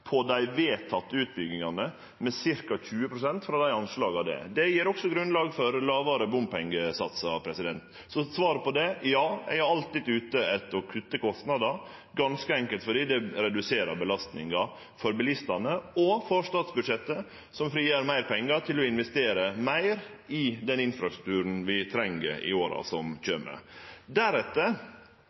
på dei vedtekne utbyggingane med ca. 20 pst. frå anslaga. Det gjev også grunnlag for lågare bompengesatsar. Så svaret på det er ja, eg er alltid ute etter å kutte kostnader, ganske enkelt fordi det reduserer belastinga for bilistane – og for statsbudsjettet, som får frigjort meir pengar til å investere meir i den infrastrukturen vi treng i åra som kjem. Deretter